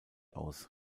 aus